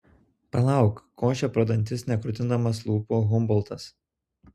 palauk košė pro dantis nekrutindamas lūpų humboltas